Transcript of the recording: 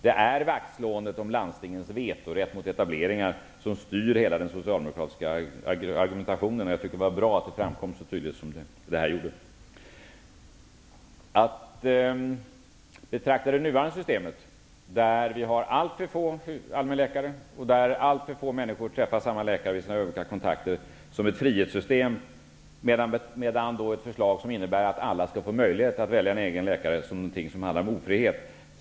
Det är vaktslåendet om landstingens vetorätt mot etableringar som styr hela den socialdemokratiska argumentationen, och jag tycker att det var bra att det framkom så tydligt som det gjorde här. Socialdemokraterna betraktar det nuvarande systemet, där det finns alltför få allmänläkare och där alltför få människor träffar samma läkare vid sina kontakter, som ett frihetssystem, men ett förslag som innebär att alla skall få möjlighet att välja en egen läkare som någonting som handlar om ofrihet.